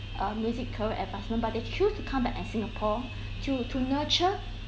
uh music career advancement but they choose to come back at singapore to to nurture